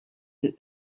that